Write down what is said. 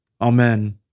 Amen